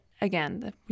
again